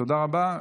תודה רבה.